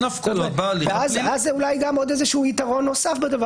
אז זה אולי עוד איזשהו יתרון נוסף בדבר